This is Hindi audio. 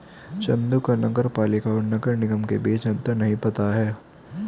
चंदू को नगर पालिका और नगर निगम के बीच अंतर नहीं पता है